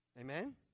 Amen